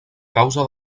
causa